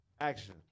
Action